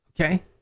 Okay